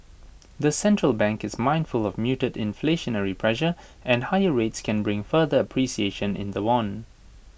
the central bank is mindful of muted inflationary pressure and higher rates can bring further appreciation in the won